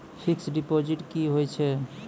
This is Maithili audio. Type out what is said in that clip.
फिक्स्ड डिपोजिट की होय छै?